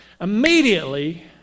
immediately